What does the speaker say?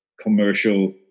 commercial